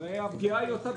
הרי הפגיעה זהה,